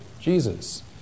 Jesus